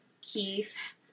Keith